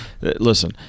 listen